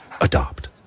Adopt